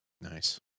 Nice